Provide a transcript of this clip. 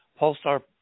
pulsar